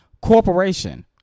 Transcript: corporation